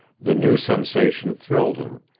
the new sensation thrilled him,